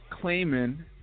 Claiming